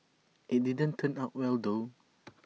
IT didn't turn out well though